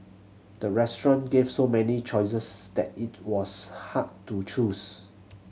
the restaurant gave so many choices that it was hard to choose